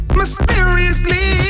mysteriously